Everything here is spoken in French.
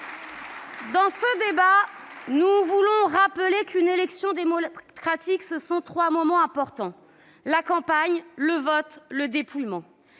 de ce débat, nous voulons rappeler qu'une élection démocratique se déroule en trois moments importants : la campagne, le vote et le dépouillement.